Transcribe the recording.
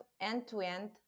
end-to-end